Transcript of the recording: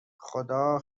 خدا